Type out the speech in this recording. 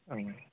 ओं